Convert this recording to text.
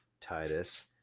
Titus